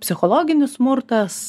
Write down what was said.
psichologinis smurtas